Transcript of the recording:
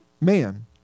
man